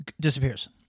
disappears